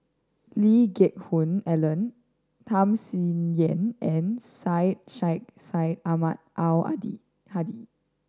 Lee Geck Hoon Ellen Tham Sien Yen and Syed Sheikh Syed Ahmad Al Hadi